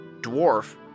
dwarf